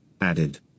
added